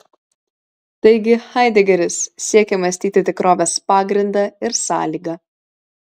taigi haidegeris siekia mąstyti tikrovės pagrindą ir sąlygą